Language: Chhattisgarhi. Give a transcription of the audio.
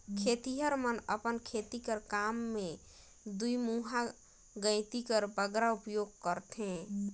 खेतिहर मन अपन खेती कर काम मे दुईमुहा गइती कर बगरा उपियोग करथे